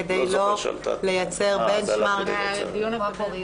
כדי לא לייצר בנצ'מרק --- לא זוכר שעלתה --- בדיון הקודם.